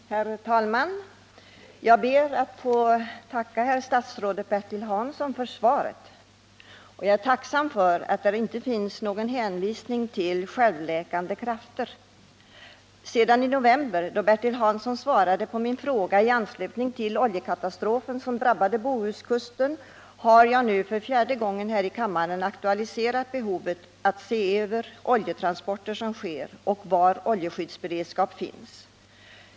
Herr talman! Jag ber att få tacka herr statsrådet Bertil Hansson för svaret. Jag är tacksam för att där inte finns hänvisning till självläkande krafter. Sedan i november då Bertil Hansson svarade på min fråga i anslutning till den oljekatastrof som drabbade Bohuskusten den 13 november har jag nu för fjärde gången här i kammaren aktualiserat behovet av att se över hur oljetransporter sker och var oljeskyddsberedskap finns.